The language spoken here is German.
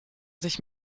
sich